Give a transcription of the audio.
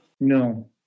No